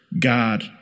God